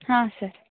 ಹಾಂ ಸರ್